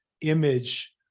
image